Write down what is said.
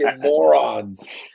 morons